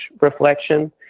reflection